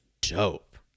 dope